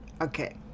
Okay